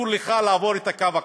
אסור לך לעבור את הקו הכחול.